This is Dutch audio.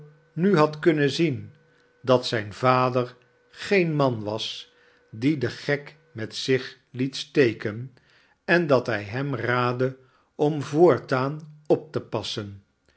nu had kunnen zien dat zijn vader geen man was die den gek met zich liet steken en dat hij hem raadde om voortaan op te passen